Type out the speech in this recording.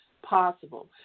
possible